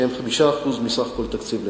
שהם 5% מסך כל התקציב לנושא.